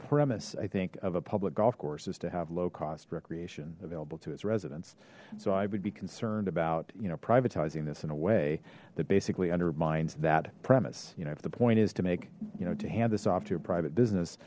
premise i think of a public golf course is to have low cost recreation available to its residents so i would be concerned about you know privatizing this in a way that basically undermines that premise you know if the point is to make you know to hand this off to a private business